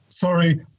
Sorry